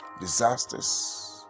disasters